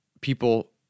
people